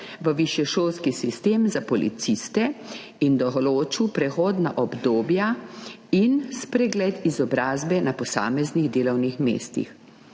v višješolski sistem za policiste in določilo prehodna obdobja in spregled izobrazbe na posameznih delovnih mestih.